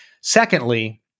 Secondly